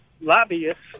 lobbyists